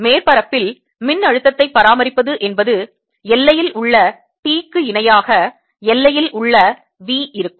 மேற்பரப்பில் மின்னழுத்தத்தைப் பராமரிப்பது என்பது எல்லையில் உள்ள T க்கு இணையாக எல்லையில் உள்ள V இருக்கும்